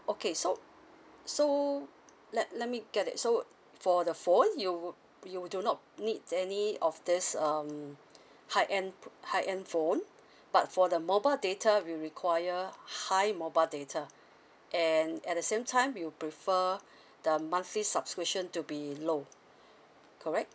okay so so let let me get it so for the phone you you do not need any of this um high end high end phone but for the mobile data will require high mobile data and at the same time you prefer the monthly subscription to be low correct